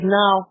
now